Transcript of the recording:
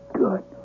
good